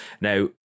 Now